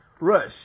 Rush